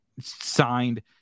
signed